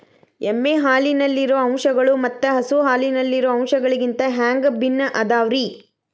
ಎಮ್ಮೆ ಹಾಲಿನಲ್ಲಿರೋ ಅಂಶಗಳು ಮತ್ತ ಹಸು ಹಾಲಿನಲ್ಲಿರೋ ಅಂಶಗಳಿಗಿಂತ ಹ್ಯಾಂಗ ಭಿನ್ನ ಅದಾವ್ರಿ?